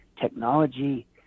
Technology